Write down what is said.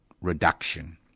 reduction